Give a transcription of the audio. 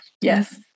Yes